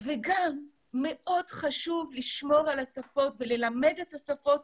וגם מאוד חשוב לשמור על השפות ללמד את השפות